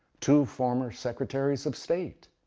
two formers secretaries of state,